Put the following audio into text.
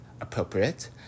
appropriate